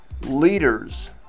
leaders